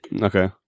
Okay